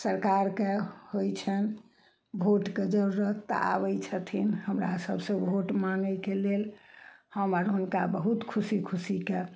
सरकारके होइ छनि वोटके जरुरत तऽ आबय छथिन हमरा सभसँ वोट माँगयके लेल हम आर हुनका बहुत खुशी खुशीके